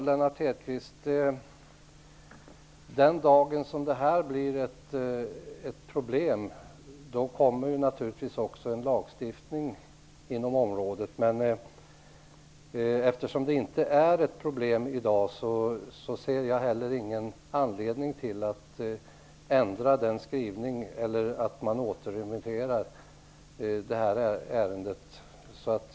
Herr talman! Den dag det här blir ett problem kommer det naturligtvis också en lagstiftning inom området, Lennart Hedquist. Men eftersom det inte är ett problem i dag ser jag inte någon anledning till att återremittera det här ärendet.